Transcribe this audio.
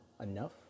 enough